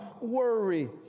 worry